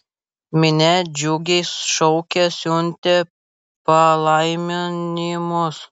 minia džiugiai šaukė siuntė palaiminimus